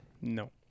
no